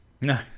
No